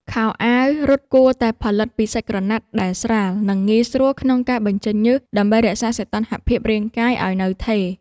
ខោអាវរត់គួរតែផលិតពីសាច់ក្រណាត់ដែលស្រាល និងងាយស្រួលក្នុងការបញ្ចេញញើស ដើម្បីរក្សាសីតុណ្ហភាពរាងកាយឱ្យនៅថេរ។